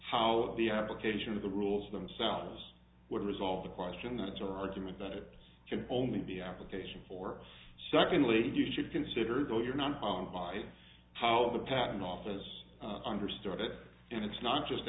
how the application of the rules themselves would resolve the question that it's an argument that it can only be application for secondly you should consider that you're not on by how the patent office understood it and it's not just